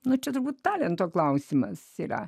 na čia turbūt talento klausimas yra